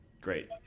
Great